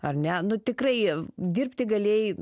ar ne nu tikrai dirbti galėjai